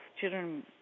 children